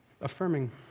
affirming